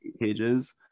pages